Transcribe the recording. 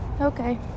Okay